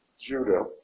Judah